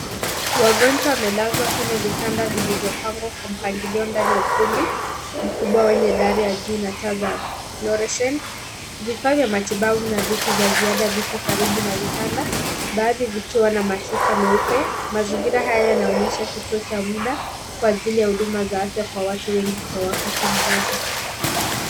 Wagonjwa wamelazwa kwenye vitanda. Vifaa vya matibabu na vitu vya ziada viko karibu vitanda vaadhi vikiwa na mashuka meupe. Mazingira haya yanaonyesha kituo cha muda kwa ajili ya huduma kwanwatu wengi kwa wakati mmoja.